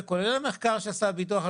כולל המחקר שעשה הביטוח הלאומי,